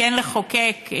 כן לחוקק.